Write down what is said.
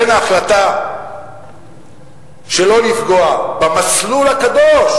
בין ההחלטה שלא לפגוע במסלול הקדוש